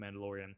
Mandalorian